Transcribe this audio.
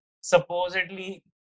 supposedly